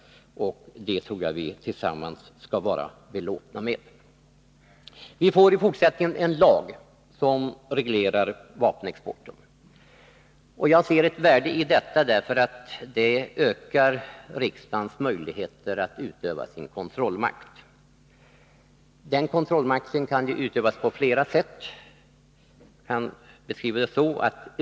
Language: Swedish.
Och det tror jag att vi tillsammans skall vara belåtna med. Vi får i fortsättningen en lag som reglerar vapenexporten. Och jag ser ett värde i detta, eftersom det ökar riksdagens möjligheter att utöva sin kontrollmakt. Den kan utövas på flera sätt.